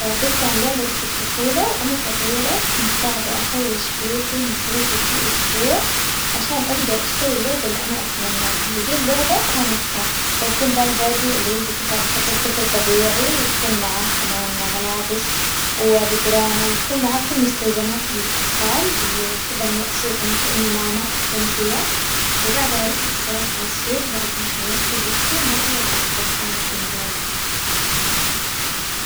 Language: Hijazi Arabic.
ذكرى لعبتي في الطفولة وأنا صغيرة كنت قاعدة أحوش فلوسي ومصروفي كل أسبوع عشان أقدر أشتري اللعبة اللي أنا أتمناها، وذي اللعبة كانت تعرفون ذا البيبي اللي كذا على شكل طفل طبيعي ويكون معاه كمان ملابس وبيبرونة ومعاه كل مستلزمات الأطفال ال- وكذا وأصير أنا كأنه ماما وأعتني فيها، وبعدها روحت صراحة ع السوق بعد ما حوشت وجبته مرة كنت فرحانة بانجازي.